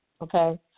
Okay